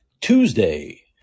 Tuesday